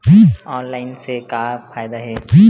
Online से का फ़ायदा हे?